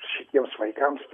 šitiems vaikams